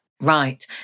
Right